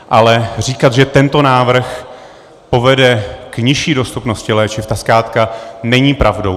Ale říkat, že tento návrh povede k nižší dostupnosti léčiv, zkrátka není pravdou.